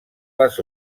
les